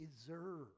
deserve